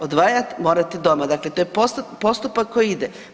Odvajati morate doma, dakle to je postupak koji ide.